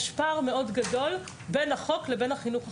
יש פער מאוד גדול בין החוק לבין החינוך החרדי.